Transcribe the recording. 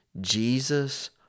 Jesus